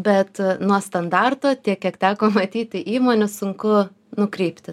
bet nuo standarto tiek kiek teko matyti įmonių sunku nukreipti